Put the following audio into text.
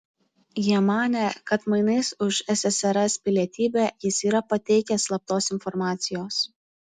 jie manė kad mainais už ssrs pilietybę jis yra pateikęs slaptos informacijos